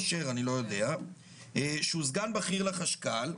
שהוא סגן בכיר לחשכ"ל,